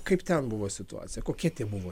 kaip ten buvo situacija kokie tie buvo